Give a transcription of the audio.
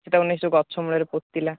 ସେ ତାକୁ ନେଇ ସେ ଗଛ ମୂଳରେ ପୋତିଲା